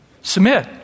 Submit